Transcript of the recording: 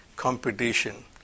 competition